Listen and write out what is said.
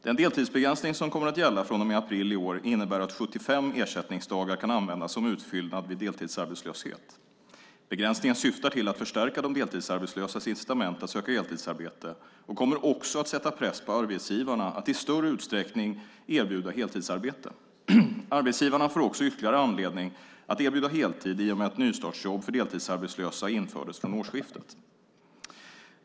Den deltidsbegränsning som kommer att gälla från och med april i år innebär att 75 ersättningsdagar kan användas som utfyllnad vid deltidsarbetslöshet. Begränsningen syftar till att förstärka de deltidsarbetslösas incitament att söka heltidsarbete och kommer också att sätta press på arbetsgivarna att i större utsträckning erbjuda heltidsarbete. Arbetsgivarna får också ytterligare anledning att erbjuda heltid i och med att nystartsjobb för deltidsarbetslösa infördes från årsskiftet.